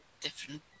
different